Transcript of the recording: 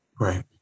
Right